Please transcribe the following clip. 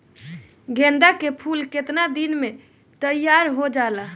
गेंदा के फूल केतना दिन में तइयार हो जाला?